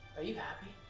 are you happy?